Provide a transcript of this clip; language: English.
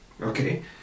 Okay